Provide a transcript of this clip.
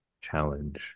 challenge